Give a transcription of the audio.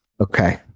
Okay